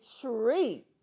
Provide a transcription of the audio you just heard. treat